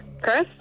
Chris